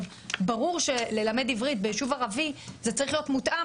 ברור שללמד עברית ביישוב ערבי צריך להיות מותאם